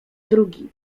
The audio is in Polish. drugi